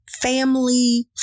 family